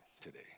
today